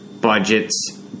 budgets